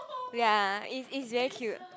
ya is is very cute